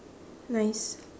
nice